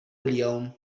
اليوم